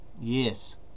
yes